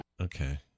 Okay